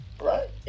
right